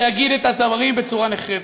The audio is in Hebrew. ואגיד את דברי בצורה נחרצת: